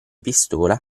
pistola